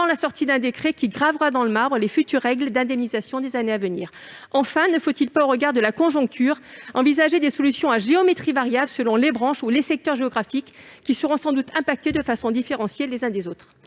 la publication d'un décret qui gravera dans le marbre les futures règles d'indemnisation des années à venir ? Ne faut-il pas, au regard de la conjoncture, envisager des solutions à géométrie variable selon les branches ou les secteurs géographiques, qui seront sans doute touchés de façon différenciée les uns des autres ?